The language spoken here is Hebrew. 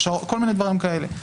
כל מיני דברים כאלה.